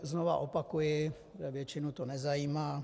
Znovu opakuji, většinu to nezajímá.